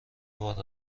بارم